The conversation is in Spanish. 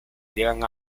llegan